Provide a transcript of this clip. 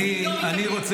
והם לא מקבלים.